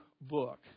book